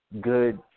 good